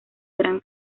gran